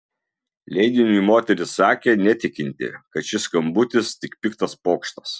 leidiniui moteris sakė netikinti kad šis skambutis tik piktas pokštas